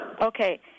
Okay